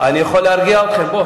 אני יכול להרגיע אתכם.